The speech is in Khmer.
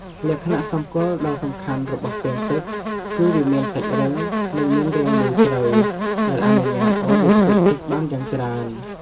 លក្ខណៈសម្គាល់ដ៏សំខាន់របស់ពាងទឹក គឺវាមានសាច់រឹង និងមានរាងមូលជ្រៅ ដែលអនុញ្ញាតឲ្យវាផ្ទុកទឹកបានយ៉ាងច្រើន។